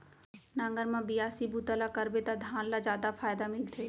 नांगर म बियासी बूता ल करबे त धान ल जादा फायदा मिलथे